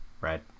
Right